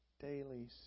daily